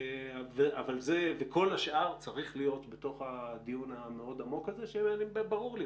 זה וכל השאר צריך להיות בתוך הדיון המאוד עמוק הזה שברור לי,